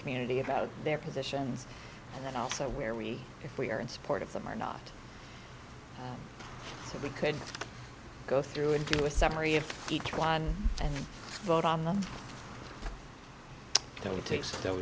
community about their positions and then also where we if we are in support of them or not so we could go through and do a summary of each one and vote on them to